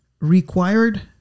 required